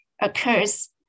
occurs